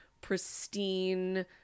pristine